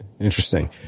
Interesting